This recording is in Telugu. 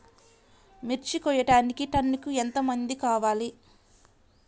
మిర్చి కోయడానికి టన్నుకి ఎంత మంది కావాలి?